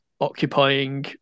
occupying